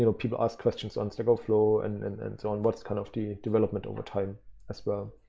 you know people ask questions on stackoverflow and and and so on. what's kind of the development over time as well.